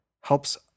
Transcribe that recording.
helps